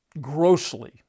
grossly